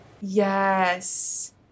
Yes